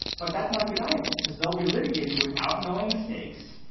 but that's not good either because they'll be litigated without knowing the stakes,